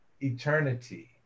eternity